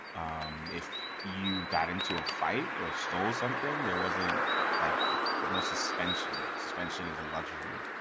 um if you got into a fight or stole something there wasn't like you know suspension suspension is a luxury.